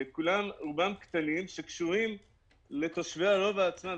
רובם עסקים קטנים שקשורים לתושבי הרובע עצמם.